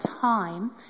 time